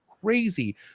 crazy